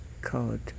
called